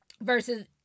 versus